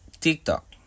TikTok